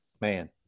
man